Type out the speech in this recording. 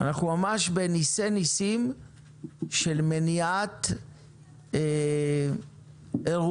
אנחנו ממש בנסי-נסים של מניעת אירוע